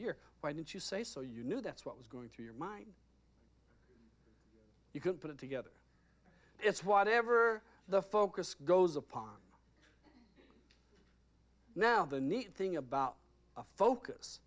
year why didn't you say so you knew that's what was going through your mind you can put it together it's whatever the focus goes upon now the neat thing about a focus